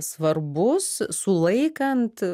svarbus sulaikant